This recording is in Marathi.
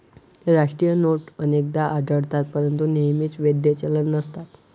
राष्ट्रीय नोट अनेकदा आढळतात परंतु नेहमीच वैध चलन नसतात